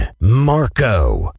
Marco